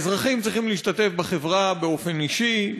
האזרחים צריכים להשתתף בחברה באופן אישי,